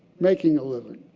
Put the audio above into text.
making a living.